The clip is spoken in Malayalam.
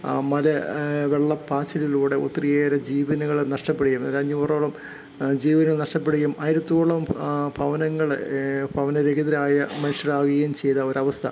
ആ മല വെള്ളപ്പാച്ചിലിലൂടെ ഒത്തിരിയേറെ ജീവനുകൾ നഷ്ടപ്പെടുകയും ഒരു അഞ്ഞൂറോളം ജീവൻ നഷ്ടപ്പെടുകയും ആയിരത്തോളം ഭവനങ്ങൾ ഭവനരഹിതരായ മനുഷ്യരാവുകയും ചെയ്ത ഒരു അവസ്ഥ